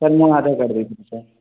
sir ମୋ Aadhaar card ଦେଇଥିଲି sir